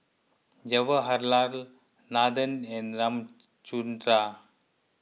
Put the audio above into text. Jawaharlal Nathan and Ramchundra